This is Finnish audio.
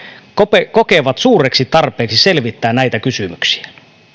kokevat suureksi tarpeeksi selvittää näitä kysymyksiä